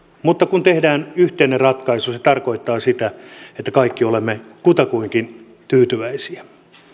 mutta kun tehdään yhteinen ratkaisu se tarkoittaa sitä että kaikki olemme kutakuinkin tyytyväisiä